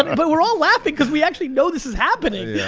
and but we're all laughing cause we actually know this is happening.